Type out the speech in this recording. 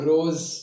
Rose